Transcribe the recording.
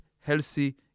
healthy